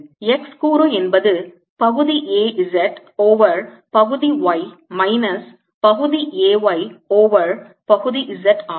x கூறு என்பது பகுதி A z ஓவர் பகுதி y மைனஸ் பகுதி A y ஓவர் பகுதி z ஆகும்